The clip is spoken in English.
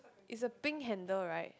it's a pink handle right